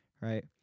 right